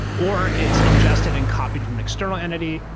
or it's ingested and copied from an external entity,